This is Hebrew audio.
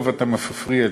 דב, אתה מפריע לי.